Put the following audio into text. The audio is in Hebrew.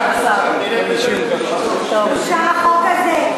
בושה החוק הזה.